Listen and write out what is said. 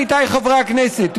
עמיתיי חברי הכנסת,